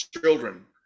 children